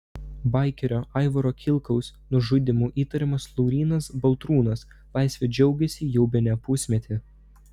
baikerio aivaro kilkaus nužudymu įtariamas laurynas baltrūnas laisve džiaugiasi jau bene pusmetį